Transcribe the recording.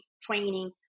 training